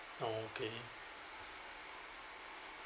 oh okay